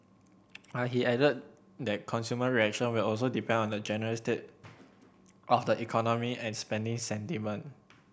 but he added that consumer reaction will also depend on the general state of the economy and spending sentiment